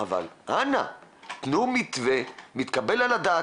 אנא תנו מתווה מתקבל על הדעת,